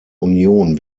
union